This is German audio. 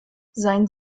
sein